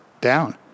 down